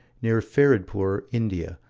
near feridpoor, india,